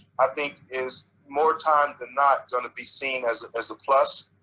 i think is, more times than not, going to be seen as as a plus.